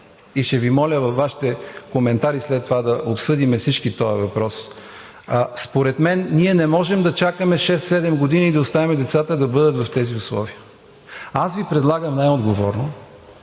Ще Ви моля във Вашите коментари след това, да обсъдим всички този въпрос. Според мен ние не можем да чакаме шест-седем години и да оставим децата да бъдат в тези условия. Предлагам Ви най отговорно